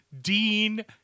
Dean